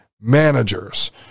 managers